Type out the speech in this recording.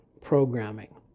programming